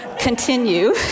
continue